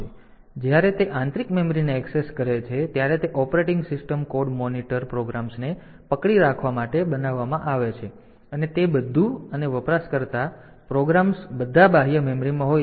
તેથી જ્યારે તે આંતરિક મેમરીને ઍક્સેસ કરે છે ત્યારે તે ઓપરેટિંગ સિસ્ટમ કોડ મોનિટર પ્રોગ્રામ્સને પકડી રાખવા માટે બનાવવામાં આવે છે અને તે બધું અને વપરાશકર્તા પ્રોગ્રામ્સ બધા બાહ્ય મેમરીમાં હોય છે